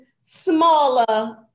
smaller